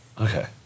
Okay